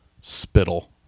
spittle